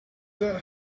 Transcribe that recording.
that